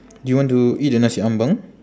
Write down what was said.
do you want to eat the nasi ambeng